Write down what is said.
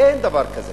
אין דבר כזה.